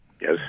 Yes